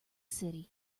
city